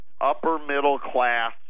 Upper-middle-class